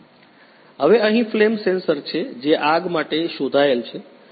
હવે અહીં flame sensor છે જે આગ માટે શોધાયેલ છે